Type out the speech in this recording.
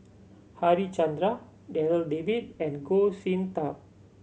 Harichandra Darryl David and Goh Sin Tub